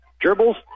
dribbles